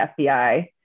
FBI